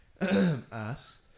asks